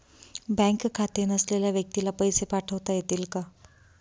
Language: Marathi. बँक खाते नसलेल्या व्यक्तीला पैसे पाठवता येतील का?